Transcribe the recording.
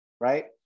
right